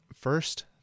First